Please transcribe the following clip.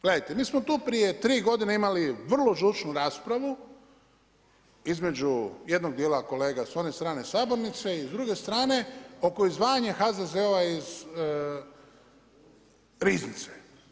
Gledajte, mi smo tu prije tri godine imali vrlo žučnu raspravu između jednog dijela kolega s one strane sabornice i s druge strane oko izdvajanja HZZO-a iz riznice.